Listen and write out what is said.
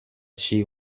she